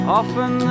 often